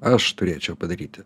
aš turėčiau padaryti